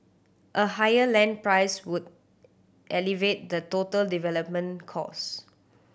a higher land price would elevate the total development cost